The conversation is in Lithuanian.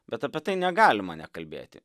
bet apie tai negalima nekalbėti